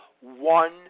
one